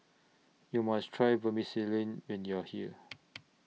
YOU must Try Vermicelli when YOU Are here